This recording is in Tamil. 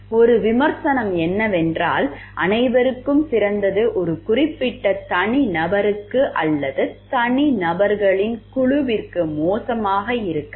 ஒரு விமர்சனம் என்னவென்றால் அனைவருக்கும் சிறந்தது ஒரு குறிப்பிட்ட தனிநபருக்கு அல்லது தனிநபர்களின் குழுவிற்கு மோசமாக இருக்கலாம்